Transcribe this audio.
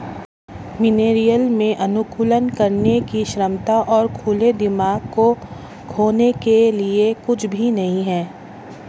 millennial में अनुकूलन करने की क्षमता और खुले दिमाग को खोने के लिए कुछ भी नहीं है